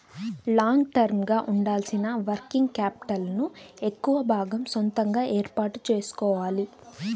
long term గా ఉండాల్సిన working capital ను ఎక్కువ భాగం సొంతగా ఏర్పాటు చేసుకోవాలి